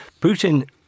Putin